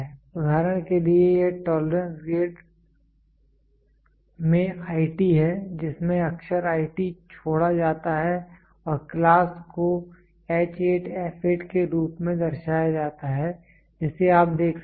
उदाहरण के लिए यह टोलरेंस ग्रेड में IT है जिसमें अक्षर IT छोड़ा जाता है और क्लास को H8 f 6 के रूप में दर्शाया जाता है जिसे आप देख सकते हैं